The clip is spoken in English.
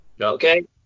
Okay